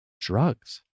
drugs